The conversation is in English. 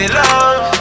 love